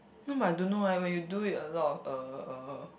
no but I don't know eh when you do it a lot of uh uh